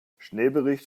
schneebericht